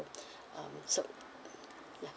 um so mm ya